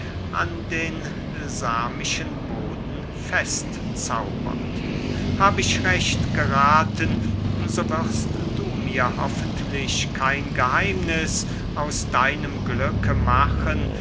an den samischen boden fest zaubert hab ich recht gerathen so wirst du mir hoffentlich kein geheimniß aus deinem glücke machen